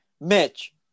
Mitch